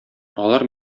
алар